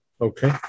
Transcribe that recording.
Okay